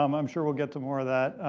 um um sure well get to more of that.